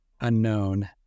unknown